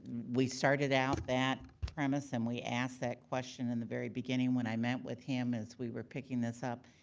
we started out that premise and we asked that question in the very beginning when i met with him, as we were picking this up.